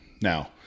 Now